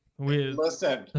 Listen